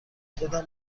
خودم